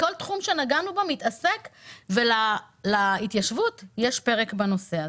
כל תחום שנגענו בו עוסק ולהתיישבות יש פרק בנושא הזה.